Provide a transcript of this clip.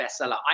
bestseller